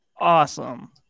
Awesome